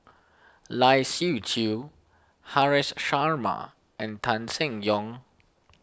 Lai Siu Chiu Haresh Sharma and Tan Seng Yong